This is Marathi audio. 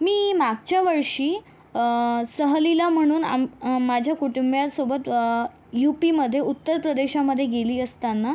मी मागच्या वर्षी सहलीला म्हणून आम माझ्या कुटुंबियांसोबत युपीमध्ये उत्तर प्रदेशामध्ये गेली असतांना